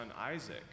Isaac